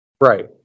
Right